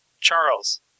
Charles